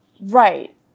Right